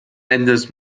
endes